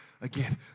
again